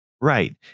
Right